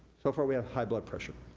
so far we have high blood pressure.